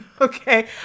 okay